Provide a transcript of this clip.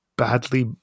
badly